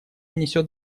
несет